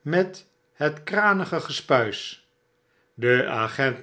met het kranige gespuis de agent